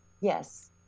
Yes